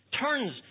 turns